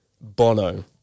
Bono